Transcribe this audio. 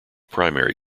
primary